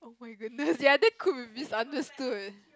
my goodness ya that could be misunderstood